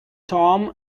tom